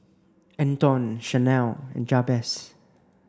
Antone Shanelle and Jabez